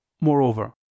Moreover